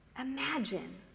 Imagine